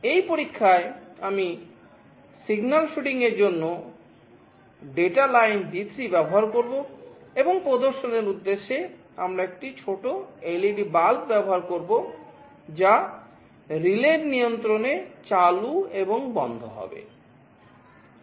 এই পরীক্ষায় আমি সিগন্যাল ফিডিংর নিয়ন্ত্রণে চালু এবং বন্ধ হবে